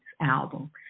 album